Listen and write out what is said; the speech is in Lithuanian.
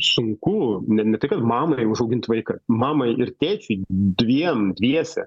sunku ne tai kad mamai užaugint vaiką mamai ir tėčiui dviem dviese